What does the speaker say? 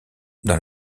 dans